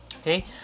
Okay